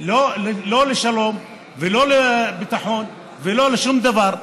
לא לשלום ולא לביטחון ולא לשום דבר,